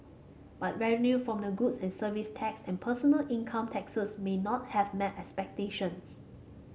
but revenue from the goods and Services Tax and personal income taxes may not have met expectations